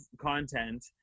content